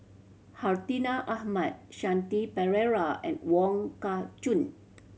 Hartinah Ahmad Shanti Pereira and Wong Kah Chun